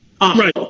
Right